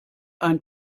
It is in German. ein